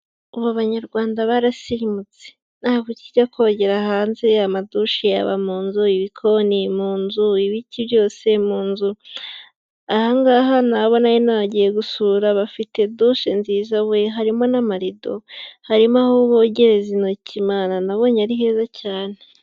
Ubu Abanyarwanda barasirimutse. Ntawe ukijya kogera hanze, amadushe aba mu nzu, ibikoni mu nzu, ibiki byose mu nzu, aha ngaha ni abo nari nagiye gusura bafite dushe nziza we! harimo n'amarido, harimo aho bogereza intoki, Mana! nabonye ari heza cyane.